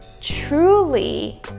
truly